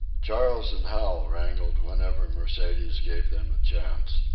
charles and hal wrangled whenever mercedes gave them a chance.